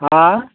हा